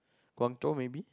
Guangzhou maybe